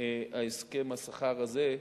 הסכם השכר הזה,